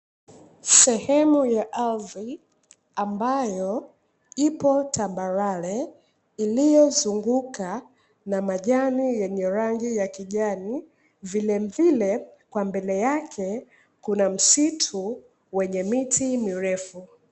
Sehemu ya ardhi ambayo ipo tambarare, iliyozungukwa na majani yenye rangi ya kijani, vilevile kwa mbele yake kuna msitu wenye miti mirefu.